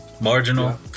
Marginal